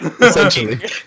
Essentially